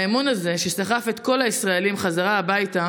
האמון הזה, שסחף את כל הישראלים חזרה הביתה,